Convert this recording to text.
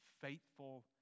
faithful